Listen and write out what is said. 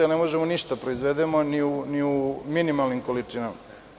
Ne možemo ništa da proizvedemo, ni u minimalnim količinama.